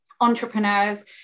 entrepreneurs